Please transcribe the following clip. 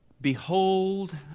Behold